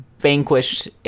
vanquished